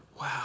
Wow